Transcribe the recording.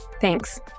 Thanks